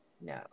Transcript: no